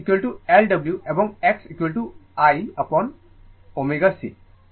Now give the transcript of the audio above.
XL L ω এবং Xc 1 অ্যাপন ω c